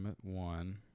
one